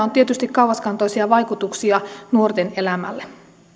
on tietysti kauaskantoisia vaikutuksia nuorten elämälle